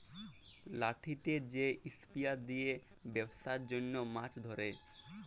লাঠিতে যে স্পিয়ার দিয়ে বেপসার জনহ মাছ ধরে